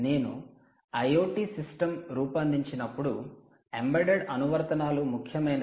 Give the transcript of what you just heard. నేను IoT system రూపొందించినప్పుడు embedded అనువర్తనాలు ముఖ్యమైనవి